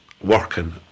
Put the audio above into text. working